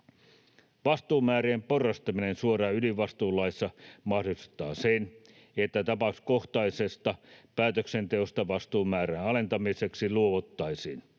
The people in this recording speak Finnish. Vastuumäärien porrastaminen suoraan ydinvastuulaissa mahdollistaa sen, että tapauskohtaisesta päätöksenteosta vastuumäärän alentamiseksi luovuttaisiin.